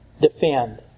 defend